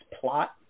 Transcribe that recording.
plot